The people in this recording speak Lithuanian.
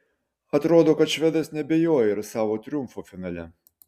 atrodo kad švedas neabejoja ir savo triumfu finale